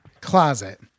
closet